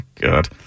God